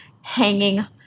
hanging